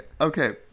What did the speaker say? okay